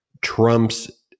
Trump's